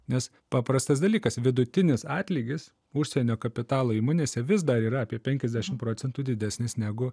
nes paprastas dalykas vidutinis atlygis užsienio kapitalo įmonėse vis dar yra apie penkiasdešim procentų didesnis negu